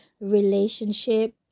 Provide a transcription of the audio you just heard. relationship